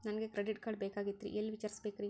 ನನಗೆ credit card ಬೇಕಾಗಿತ್ರಿ ಎಲ್ಲಿ ವಿಚಾರಿಸಬೇಕ್ರಿ?